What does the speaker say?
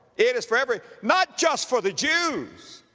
it is for every not just for the jews,